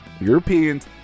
Europeans